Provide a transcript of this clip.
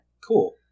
Cool